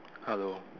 hello